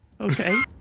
okay